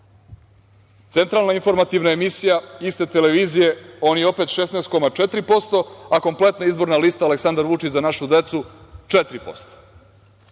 60%.Centralna informativna emisija iste televizije, oni opet 16,4% a kompletna izborna lista Aleksandar Vučić – za našu decu 4%,